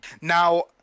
Now